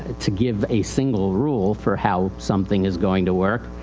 ah to give a single rule for how something is going to work.